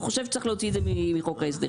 חושב שצריך להוציא את זה מחוק ההסדרים,